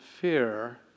fear